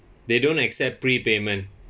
they don't accept pre-payment